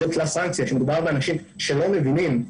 כשמדובר באנשים שלא מבינים,